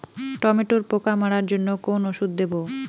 টমেটোর পোকা মারার জন্য কোন ওষুধ দেব?